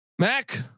Mac